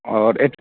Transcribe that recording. और एक